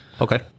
Okay